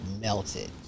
melted